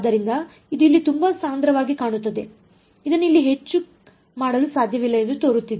ಆದ್ದರಿಂದ ಇದು ಇಲ್ಲಿ ತುಂಬಾ ಸಾಂದ್ರವಾಗಿ ಕಾಣುತ್ತದೆ ಇದನ್ನು ಇಲ್ಲಿ ಹೆಚ್ಚು ಮಾಡಲು ಸಾಧ್ಯವಿಲ್ಲ ಎಂದು ತೋರುತ್ತಿದೆ